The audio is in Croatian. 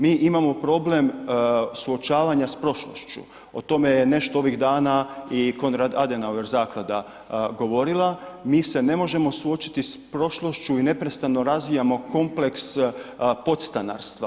Mi imamo problem suočavanja s prošlošću, o tome je nešto ovih dana i Konrad Adenauer zaklada govorila, mi se ne možemo suočiti s prošlošću i neprestano razvijamo kompleks podstanarstva.